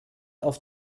auf